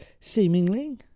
Seemingly